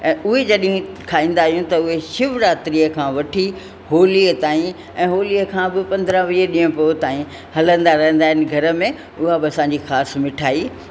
ऐं उहे जॾी खाईंदा आहियूं त उहे शिवरात्रीअ खां वठी होलीअ ताईं ऐं होलीअ खां बि पंद्रहं वीह ॾींहं पोइ ताईं हलंदा रहंदा आहिनि घर में उहा बि असांजी ख़ासि मिठाई